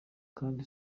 kandi